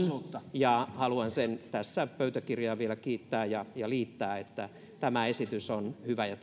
ja haluan tässä pöytäkirjaan vielä sen kiitoksen liittää että tämä esitys on hyvä ja